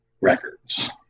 records